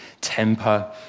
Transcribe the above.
temper